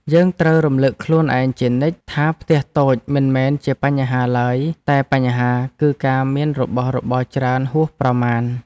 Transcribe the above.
យើងត្រូវរំលឹកខ្លួនឯងជានិច្ចថាផ្ទះតូចមិនមែនជាបញ្ហាឡើយតែបញ្ហាគឺការមានរបស់របរច្រើនហួសប្រមាណ។